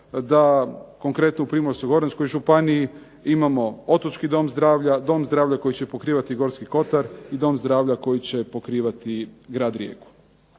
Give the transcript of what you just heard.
da konkretno u Primorsko-goranskoj županiji imamo otočki dom zdravlja, dom zdravlja koji će pokrivati Gorski kotar i dom zdravlja koji će pokrivati grad Rijeku.